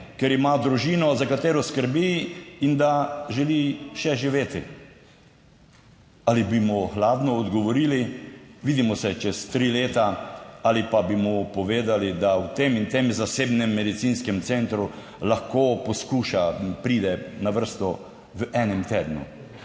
ker ima družino, za katero skrbi in da želi še živeti. Ali bi mu hladno odgovorili, vidimo se čez tri leta, ali pa bi mu povedali, da v tem in tem zasebnem medicinskem centru lahko poskuša pridet na vrsto v enem tednu.